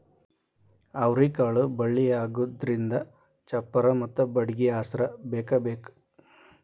ಅವ್ರಿಕಾಳು ಬಳ್ಳಿಯಾಗುದ್ರಿಂದ ಚಪ್ಪರಾ ಮತ್ತ ಬಡ್ಗಿ ಆಸ್ರಾ ಬೇಕಬೇಕ